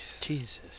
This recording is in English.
Jesus